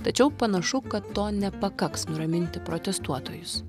tačiau panašu kad to nepakaks nuraminti protestuotojus